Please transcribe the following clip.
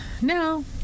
no